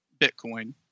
Bitcoin